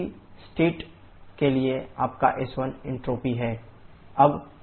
40 bar 500 0C34855 kJkg और उसी state के लिए आपका s1 एन्ट्रापी है s1